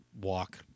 walk